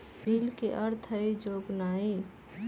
bill के अर्थ हइ जोगनाइ